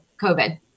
COVID